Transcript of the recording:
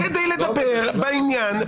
כדי לדבר בעניין,